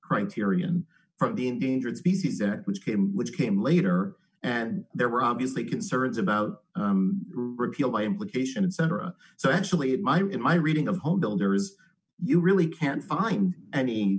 criterion from the endangered species act which came which came later and there were obviously concerns about repeal by implication cetera so i actually admire in my reading of homebuilders you really can't find any